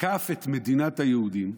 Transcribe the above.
תקף את מדינת היהודים,